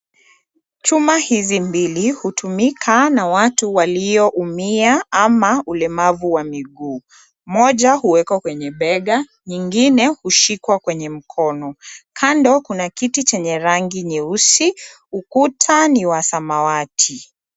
Chuma hizi mbili hutumika na watu walioumia ama ulemavu wa miguu , moja huwekwa kwenye bega, nyingine hushikwa kwenye mkono. Kando kuna kiti chenye rangi nyeusi. Ukuta ni wa samawati.